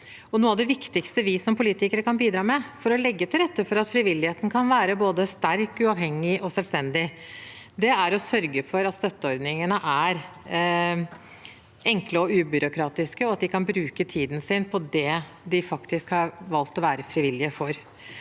Noe av det viktigste vi som politikere kan bidra med for å legge til rette for at frivilligheten kan være både sterk, uavhengig og selvstendig, er å sørge for at støtteordningene er enkle og ubyråkratiske, og at de kan bruke tiden sin på det de faktisk har valgt å være frivillige for.